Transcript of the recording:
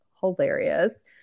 hilarious